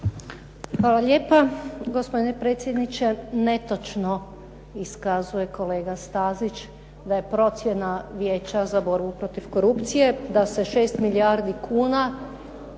Hvala lijepa gospodine potpredsjedniče. Netočno iskazuje kolega Stazić da je procjena Vijeća za borbu protiv korupcije da se 6 milijardi kuna